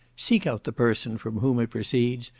seek out the person from whom it proceeds,